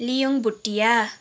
Leong Bhutia